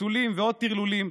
פיצולים ועוד טרלולים,